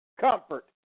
comfort